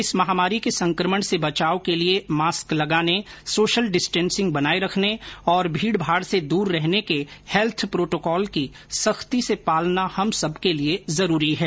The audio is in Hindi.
इस महामारी के संक्रमण से बचाव के लिए मास्क लगाने सोशल डिस्टेंसिंग बनाए रखने और भीडभाड से दूर रहने के हैल्थ प्रोटोकॉल की सख्ती से पालना हम सबके लिए जरूरी है